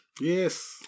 Yes